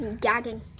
Gagging